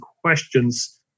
questions